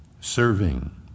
serving